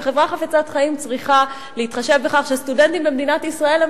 וחברה חפצת חיים צריכה להתחשב בכך שסטודנטים במדינת ישראל הם